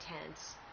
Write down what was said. intense